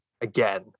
again